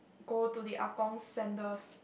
go to the ah-gong centers